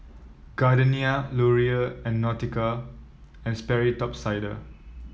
Gardenia Laurier and Nautica And Sperry Top Sider